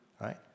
right